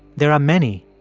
there are many,